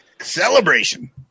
Celebration